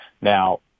Now